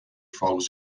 fogos